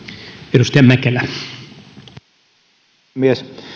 arvoisa puhemies